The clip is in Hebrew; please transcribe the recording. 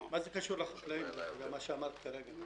מה זה קשור לחקלאים למה שאמרת כרגע?